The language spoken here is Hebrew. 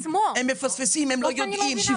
הם מפספסים, הם לא יודעים.